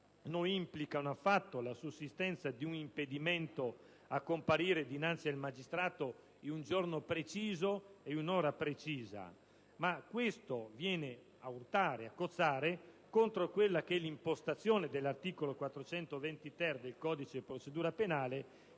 non implicano affatto la sussistenza di un impedimento a comparire dinanzi al magistrato in un giorno preciso e in un'ora precisa, ma vengono a cozzare contro l'impostazione dell'articolo 420‑*ter* del codice di procedura penale,